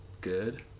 good